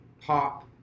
Pop